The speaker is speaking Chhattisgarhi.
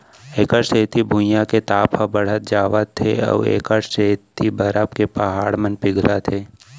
एखर सेती भुइयाँ के ताप ह बड़हत जावत हे अउ एखर सेती बरफ के पहाड़ मन पिघलत हे